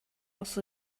was